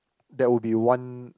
that would be one